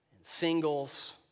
singles